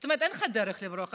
זאת אומרת, אין לך דרך לברוח.